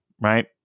right